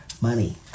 money